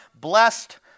blessed